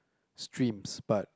streams but